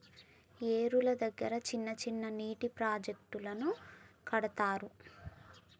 ఏరుల దగ్గర చిన్న చిన్న నీటి ప్రాజెక్టులను కడతారు